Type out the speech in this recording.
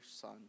Son